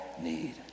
need